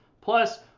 Plus